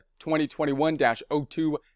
2021-02